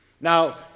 Now